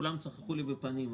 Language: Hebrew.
כולם צחקו לי בפנים,